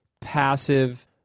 passive